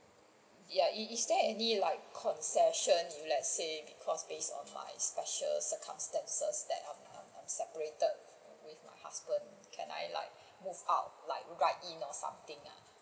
ya is is there any like concession let's say because based on my special circumstances that I'm I'm separated with my husband can I like move out like write in or something ah